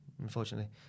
Unfortunately